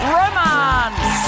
romance